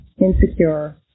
insecure